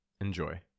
Enjoy